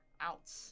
out